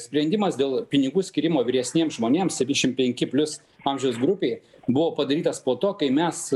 sprendimas dėl pinigų skyrimo vyresniems žmonėms septyniasdešim penki plius amžiaus grupei buvo padarytas po to kai mes